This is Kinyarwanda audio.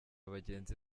bagenzi